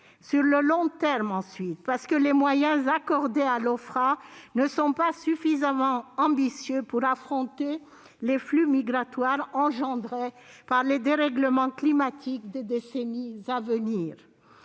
Sur le long terme, ensuite, parce que les moyens accordés à l'Ofpra ne sont pas suffisamment ambitieux pour affronter les flux migratoires qu'engendreront les dérèglements climatiques des décennies à venir.